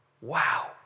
wow